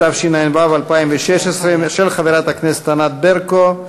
התשע"ו 2016, של חברת הכנסת ענת ברקו.